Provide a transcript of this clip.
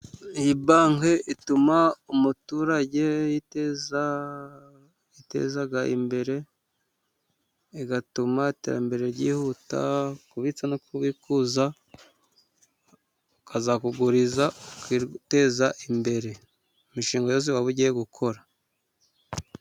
Iyi banki ituma umuturage yiteza imbere, igatuma iterambere ryihuta, kubitsa no kubikuza, ikazakuguriza, ikaguteza imbere. Imishinga yose waba uba ugiye gukora.